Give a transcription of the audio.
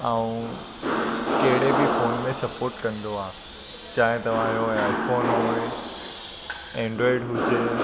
ऐं कहिड़े बि फ़ोन में सपोट कंदो आहे चाहे तव्हांजो आइ फ़ोन होए एंड्रॉइड हुजे